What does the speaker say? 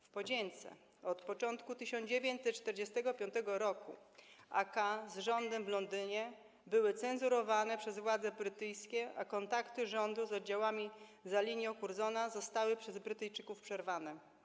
W podzięce od początku 1945 r. AK z rządem w Londynie były cenzurowane przez władze brytyjskie, a kontakty rządu z oddziałami za linią Curzona zostały przez Brytyjczyków przerwane.